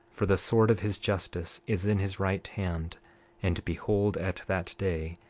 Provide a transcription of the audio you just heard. for the sword of his justice is in his right hand and behold, at that day,